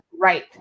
right